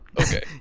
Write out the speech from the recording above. Okay